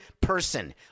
person